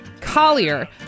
Collier